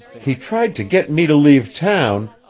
he tried to get me to leave town,